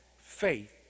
faith